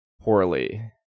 poorly